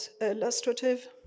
illustrative